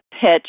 pitch